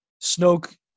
Snoke